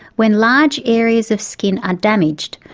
when large areas of skin are damaged,